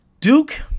Duke